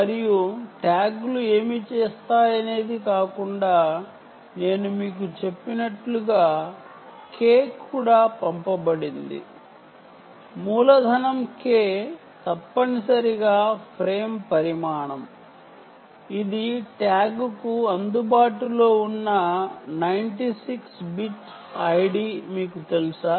మరియు ట్యాగ్లు ఏమి చేస్తాయనేది కాకుండా నేను మీకు చెప్పినట్లుగా K కూడా పంపబడింది కాపిటల్ లెటర్ K తప్పనిసరిగా ఫ్రేమ్ పరిమాణం ఇది ట్యాగ్కు అందుబాటులో ఉన్న 96 బిట్ ID మీకు తెలుసా